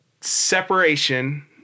separation